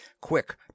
quick